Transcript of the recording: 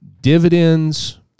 Dividends